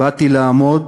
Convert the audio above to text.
באתי לעמוד